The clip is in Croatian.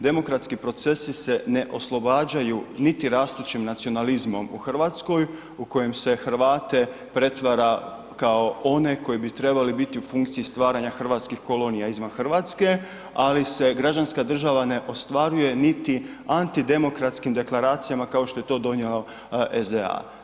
Demokratski procesi se ne oslobađaju niti rastućim nacionalizmom u Hrvatskoj u kojem se Hrvate pretvara kao one koji bi trebali biti u funkciji stvaranja hrvatskih kolonija izvan Hrvatske ali se građanska država ne ostvaruje niti antidemokratskim deklaracijama kao što je to donijela SDA.